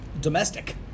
domestic